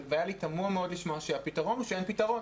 היה לי תמוה מאוד לשמוע שהפתרון הוא שאין פתרון.